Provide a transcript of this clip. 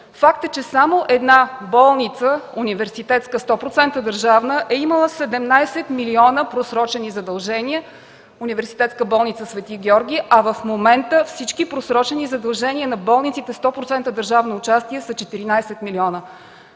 Факт е, че само една университетска болница 100% държавна е имала 17 милиона просрочени задължения – Университетска болница „Св. Георги”, а в момента всички просрочени задължения на болниците 100% държавно участие са 14 милиона.